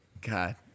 God